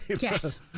Yes